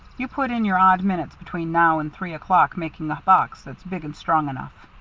you put in your odd minutes between now and three o'clock making a box that's big and strong enough.